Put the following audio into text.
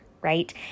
right